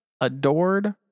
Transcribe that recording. adored